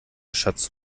schatz